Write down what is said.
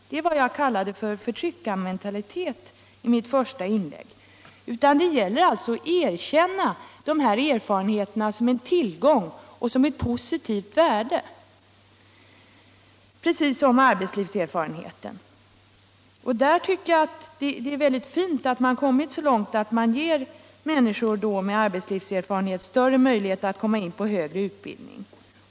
Det är vad jag i mitt första inlägg kallade förtryckarmentalitet. Det gäller i stället att erkänna dessa erfarenheter som en tillgång av positivt värde, precis som arbetslivserfarenheten. Det är fint att man kommit så långt att man ger människor med arbetslivserfarenhet större möjlighet att komma in på högre utbildning.